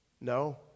No